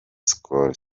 skol